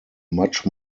much